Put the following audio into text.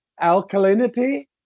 alkalinity